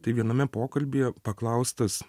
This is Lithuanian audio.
tai viename pokalbyje paklaustas